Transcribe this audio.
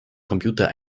computer